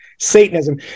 Satanism